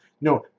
no